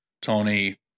Tony